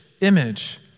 image